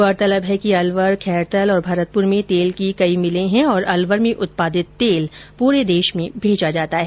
गौरतलब है कि अलवर खैरथल और भरतपुर में तेल की कई मिलें हैं और अलवर में उत्पादित तेल पूरे देश में भेजा जाता है